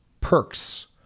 Perks